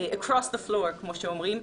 Across the floor, כמו שאומרים.